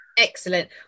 Excellent